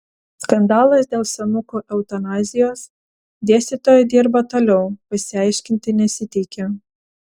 skandalas dėl senukų eutanazijos dėstytoja dirba toliau pasiaiškinti nesiteikia